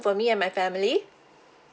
for me and my family